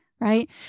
Right